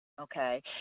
okay